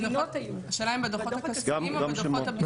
השאלה אם בדו"חות הכספיים או בדו"חות הביצועיים?